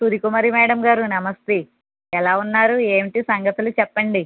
సూర్య Kumari madam గారు నమస్తే ఎలా ఉన్నారు ఏంటి సంగతులు చెప్పండి